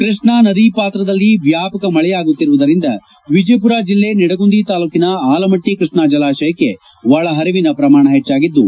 ಕೃಷ್ಣಾ ನದಿ ಪಾತ್ರದಲ್ಲಿ ವ್ಯಾಪಕ ಮಳೆಯಾಗುತ್ತಿರುವುದರಿಂದ ವಿಜಯಪುರ ಜಿಲ್ಲೆ ನಿಡಗುಂದಿ ತಾಲೂಕಿನ ಆಲಮಟ್ಟ ಕೃಷ್ಣಾ ಜಲಾಶಯಕ್ಕೆ ಒಳ ಪರಿವಿನ ಪ್ರಮಾಣ ಹೆಚ್ಚಾಗಿದ್ದು